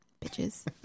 bitches